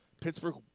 Pittsburgh